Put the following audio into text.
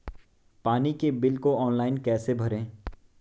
पानी के बिल को ऑनलाइन कैसे भरें?